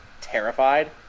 terrified